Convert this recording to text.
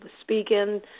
speaking